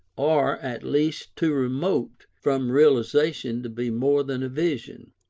or, at least, too remote from realization to be more than a vision,